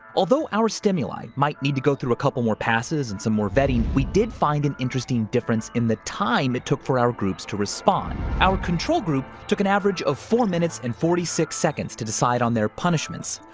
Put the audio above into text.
although our stimuli might need to go through a couple more passes and some more vetting, we did find an interesting difference in the time it took for our groups to respond. our control group took an average of four minutes and forty six seconds to decide on their punishments.